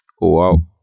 Wow